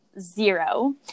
zero